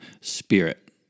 spirit